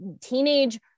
teenage